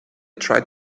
tried